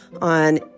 on